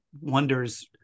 wonders